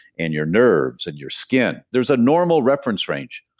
and your nerves, and your skin. there's a normal reference range.